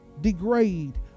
degrade